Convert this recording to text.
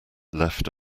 left